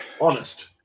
Honest